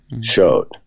showed